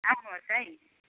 आउनुहोस् है